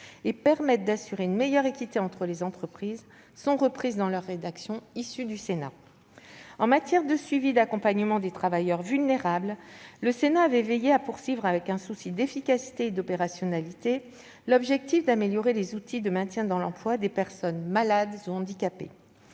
et permettent d'assurer une meilleure équité entre les entreprises, sont reprises dans leur rédaction issue du Sénat. En matière de suivi et d'accompagnement des travailleurs vulnérables, le Sénat avait veillé à poursuivre avec un souci d'efficacité et d'opérationnalité l'objectif d'améliorer les outils de maintien dans l'emploi des personnes malades ou handicapées.